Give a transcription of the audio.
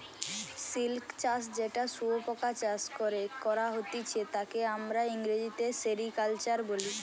silk চাষ যেটা শুয়োপোকা চাষ করে করা হতিছে তাকে আমরা ইংরেজিতে সেরিকালচার বলি